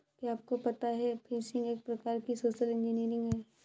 क्या आपको पता है फ़िशिंग एक प्रकार की सोशल इंजीनियरिंग है?